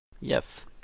Yes